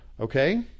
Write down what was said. Okay